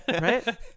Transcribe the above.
Right